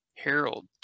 Harold